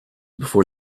before